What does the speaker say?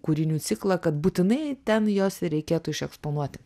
kūrinių ciklą kad būtinai ten juos ir reikėtų išeksponuoti